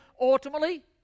Ultimately